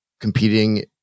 competing